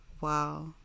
wow